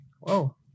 Whoa